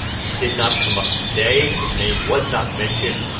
he did not come up today. his name was not mentioned.